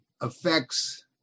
affects